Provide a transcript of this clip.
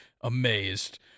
amazed